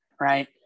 right